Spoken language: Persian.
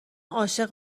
عاشق